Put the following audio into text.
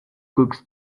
cooks